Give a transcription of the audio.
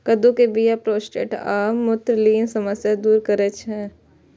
कद्दू के बीया प्रोस्टेट आ मूत्रनलीक समस्या दूर करै छै